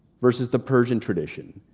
versus the persian tradition.